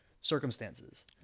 circumstances